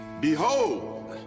Behold